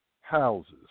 Houses